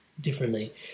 differently